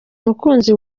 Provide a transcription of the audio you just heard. umukunzi